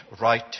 right